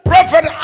Prophet